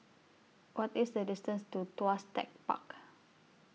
What IS The distance to Tuas Tech Park